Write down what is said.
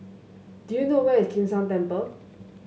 do you know where is Kim San Temple